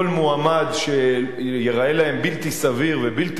כל מועמד שייראה להם בלתי סביר ובלתי